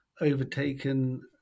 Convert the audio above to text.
overtaken